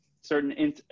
certain